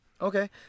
Okay